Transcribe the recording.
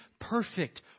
perfect